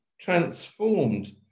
transformed